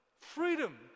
freedom